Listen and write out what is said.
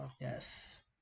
Yes